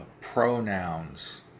pronouns